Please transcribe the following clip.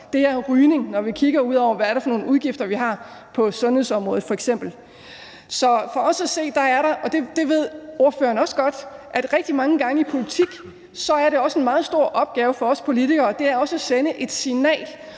poster, vi har, når vi kigger ud over, hvad det er for nogle udgifter, vi har på f.eks. sundhedsområdet. Så for os at se, og det ved ordføreren også godt, er det rigtig mange gange i politik sådan, at det også er en meget stor opgave for os politikere at sende et signal,